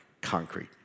concrete